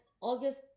August